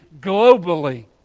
globally